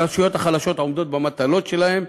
הרשויות החלשות עומדות במטלות שלהן,